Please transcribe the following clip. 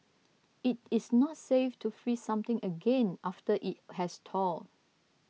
it is not safe to freeze something again after it has thawed